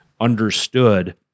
understood